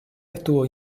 estuvo